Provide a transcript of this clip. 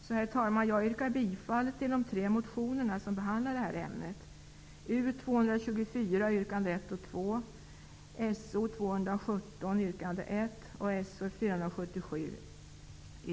Herr talman! Jag yrkar bifall till de tre motionerna som behandlar detta ämne, U224 yrkande 1 och 2,